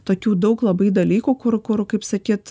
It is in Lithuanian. tokių daug labai dalykų kur kur kaip sakyt